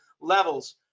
levels